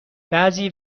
بعضی